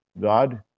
God